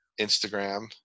Instagram